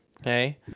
Okay